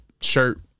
shirt